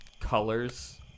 colors